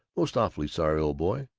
most awfully sorry, old boy.